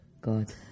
God